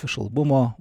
iš albumo